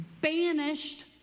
banished